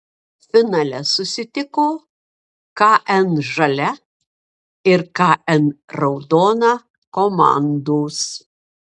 finale susitiko kn žalia ir kn raudona komandos